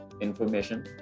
information